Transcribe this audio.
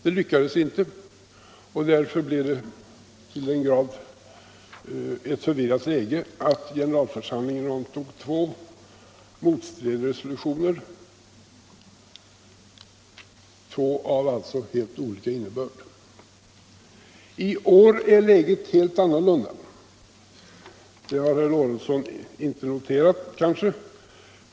Det lyckades inte, och därför uppstod ett så till den grad förvirrat läge att generalförsamlingen antog två resolutioner av helt olika innebörd. I år är läget helt annorlunda, vilket herr Lorentzon kanske inte har noterat.